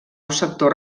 sector